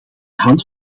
hand